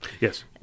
Yes